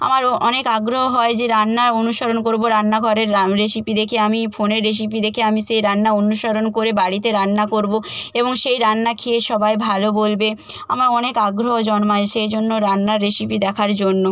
আমারও অনেক আগ্রহ হয় যে রান্না অনুসরণ করব রান্নাঘরে রা রেসিপি দেখে আমি ফোনের রেসিপি দেখে আমি সেই রান্না অনুসরণ করে বাড়িতে রান্না করব এবং সেই রান্না খেয়ে সবাই ভালো বলবে আমার অনেক আগ্রহ জন্মায় সেই জন্য রান্নার রেসিপি দেখার জন্য